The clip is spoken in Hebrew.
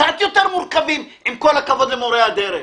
קצת יותר מורכבים, עם כל הכבוד למורי הדרך.